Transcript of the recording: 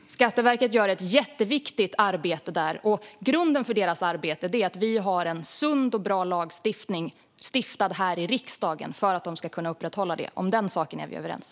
Herr talman! Skatteverket gör ett jätteviktigt arbete där. Grunden för deras arbete är att vi har en sund och bra lagstiftning, stiftad här i riksdagen, så att de kan upprätthålla detta. Om den saken är vi överens.